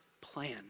plan